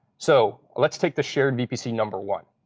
so let's take the shared vpc number one.